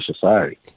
society